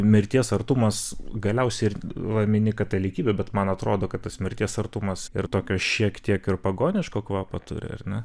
mirties artumas galiausiai va mini katalikybę bet man atrodo kad tas mirties artumas ir tokio šiek tiek ir pagoniško kvapo turi ar ne